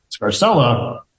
Scarcella